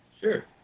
Sure